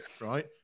right